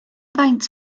faint